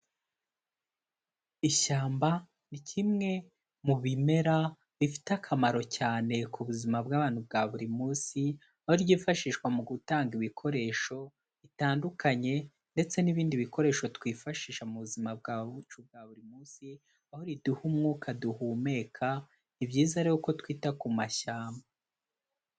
Ishyamba ni kimwe mu bimera bifite akamaro cyane ku buzima bw'abantu bwa buri munsi, aho ryifashishwa mu gutanga ibikoresho bitandukanye ndetse n'ibindi bikoresho twifashisha mu buzima bwacu bwa buri munsi, aho riduha umwuka duhumeka, ni byiza rero ko twita ku mashyamba.